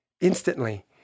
instantly